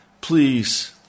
please